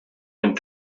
and